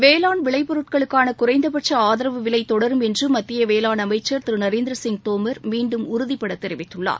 வேளாண் விளைப் பொருட்களுக்கான குறைந்தபட்ச ஆதரவு விலை தொடரும் என்று மத்திய வேளாண் அமைச்சர் திரு நரேந்திரசிங் தோமர் மீண்டும் உறுதிபட தெரிவித்துள்ளார்